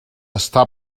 està